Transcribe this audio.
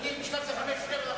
ניחא.